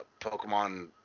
Pokemon